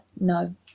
no